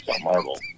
Marvel